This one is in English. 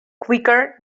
quicker